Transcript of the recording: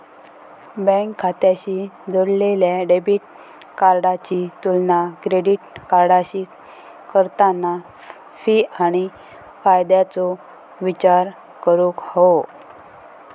bank खात्याशी जोडलेल्या debit कार्डाची तुलना क्रेडिट कार्डाशी करताना फी आणि फायद्याचो विचार करूक हवो